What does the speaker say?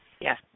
Yes